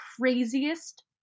craziest